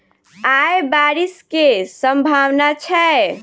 आय बारिश केँ सम्भावना छै?